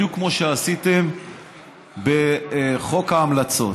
בדיוק כמו שעשיתם בחוק ההמלצות.